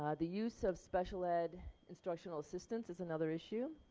ah the use of special ed instructional assistants is another issue.